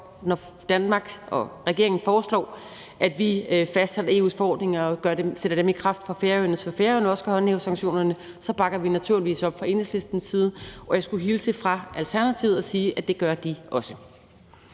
når Danmark og regeringen foreslår, at vi sætter EU's forordninger i kraft for Færøerne, så Færøerne også kan håndhæve sanktionerne – bakker vi naturligvis op fra Enhedslistens side. Og jeg skulle hilse fra Alternativet og sige, at det gør de også.